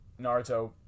Naruto